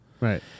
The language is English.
Right